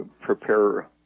prepare